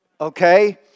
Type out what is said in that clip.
okay